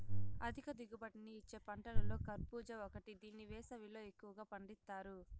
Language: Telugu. అధిక దిగుబడిని ఇచ్చే పంటలలో కర్భూజ ఒకటి దీన్ని వేసవిలో ఎక్కువగా పండిత్తారు